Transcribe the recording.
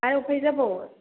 आरो अबेहाय जाबावो